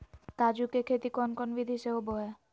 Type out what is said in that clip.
काजू के खेती कौन कौन विधि से होबो हय?